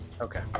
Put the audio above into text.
Okay